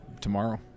tomorrow